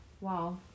Wow